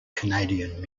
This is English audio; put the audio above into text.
canadian